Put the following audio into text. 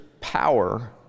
power